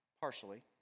partially